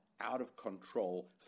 out-of-control